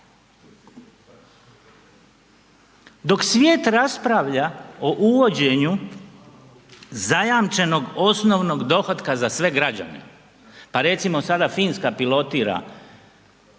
Dok svijet raspravlja o uvođenju zajamčenog osnovnog dohotka za sve građane, pa recimo sada Finska pilotira